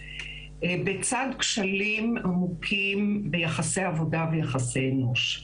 לצד כשלים עמוקים ביחסי עבודה ויחסי אנוש.